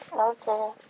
Okay